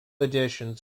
editions